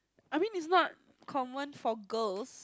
I mean it's not common for girls